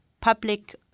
public